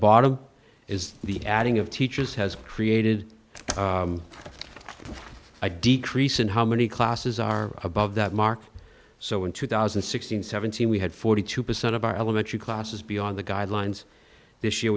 bottom is the adding of teachers has created i decrease in how many classes are above that mark so in two thousand and sixteen seventeen we had forty two percent of our elementary classes beyond the guidelines this year